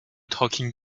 talking